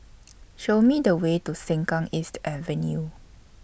Show Me The Way to Sengkang East Avenue